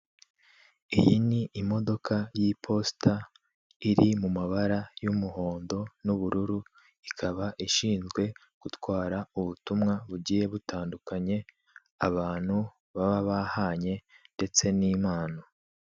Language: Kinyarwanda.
Iyi ni imodoka ya iposita, iri mumabara y'umuhondo na ubururu, ikaba ishinzwe gutwara ubutumwa bugiye butandukanye abantu baba bahanye ndetse na impano.